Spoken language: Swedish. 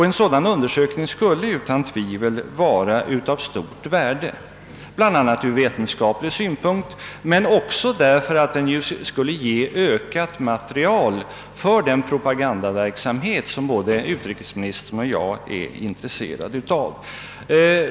En sådan undersökning skulle utan tvivel vara av stort värde, bl.a. ur vetenskaplig synpunkt, men också därför att den skulle ge ökat material för den propagandaverksamhet som både utrikesministern och jag är intresserade av.